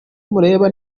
mureba